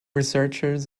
researchers